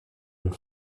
and